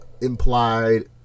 implied